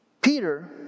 Peter